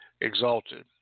exalted